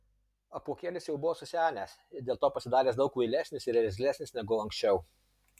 apuokėlis jau buvo susenęs ir dėl to pasidaręs daug kvailesnis ir irzlesnis negu anksčiau